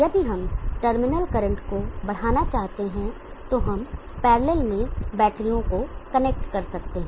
यदि हम terminal current को बढ़ाना चाहते हैं तो हम पैरलल में बैटरीयो को कनेक्ट कर सकते हैं